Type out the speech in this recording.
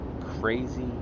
crazy